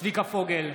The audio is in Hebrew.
צביקה פוגל,